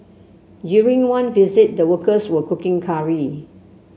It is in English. during one visit the workers were cooking curry